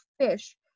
fish